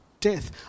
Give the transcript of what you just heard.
death